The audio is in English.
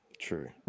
True